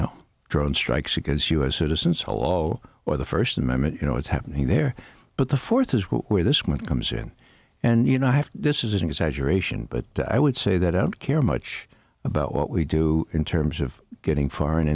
know drone strikes against u s citizens hall or the first amendment you know it's happening there but the fourth is where this one comes in and you know i have this is an exaggeration but i would say that i don't care much about what we do in terms of getting foreign